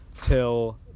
till